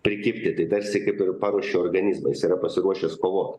prikibti tai tarsi kaip ir paruošiu organizmą jis yra pasiruošęs kovot